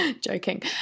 Joking